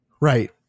Right